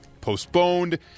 postponed